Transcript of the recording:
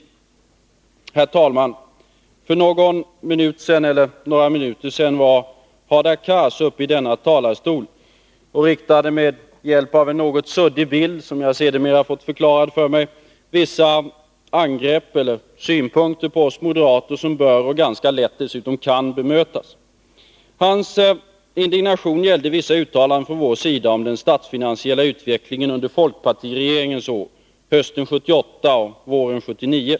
Herr talman! För en stund sedan riktade Hadar Cars från denna talarstol med hjälp av en något suddig bild, som jag sedermera har fått förklarad för mig, vissa angrepp mot oss moderater som bör bemötas. Det går dessutom ganska lätt att göra det. Hadar Cars indignation gällde vissa uttalanden från vår sida om den statsfinansiella utvecklingen under folkpartiregeringens år hösten 1978 och våren 1979.